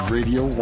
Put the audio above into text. Radio